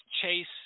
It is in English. chase